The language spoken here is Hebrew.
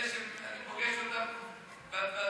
אלה שאני פוגש אותם ביום-יום,